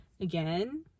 again